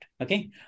Okay